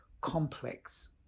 complex